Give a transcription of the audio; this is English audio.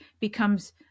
becomes